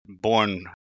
Born